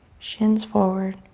shins forward.